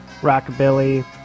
rockabilly